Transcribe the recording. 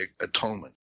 atonement